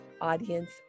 audience